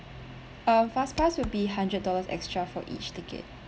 uh fast pass will be hundred dollars extra for each ticket